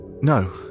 no